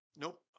nope